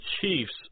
chiefs